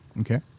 Okay